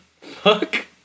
fuck